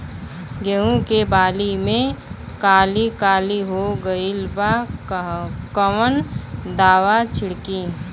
गेहूं के बाली में काली काली हो गइल बा कवन दावा छिड़कि?